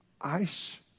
ice